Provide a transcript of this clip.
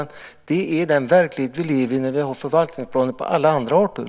Det är den verklighet vi lever i när vi har förvaltningsplaner för alla andra arter.